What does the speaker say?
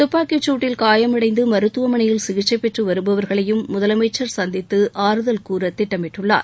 துப்பாக்கிச்சூட்டில் காயமடைந்து மருத்துவமனையில் சிகிச்சைபெற்று வருபவர்களையும் முதலமைச்சர் சந்தித்து ஆறுதல் கூற திட்டமிட்டுள்ளார்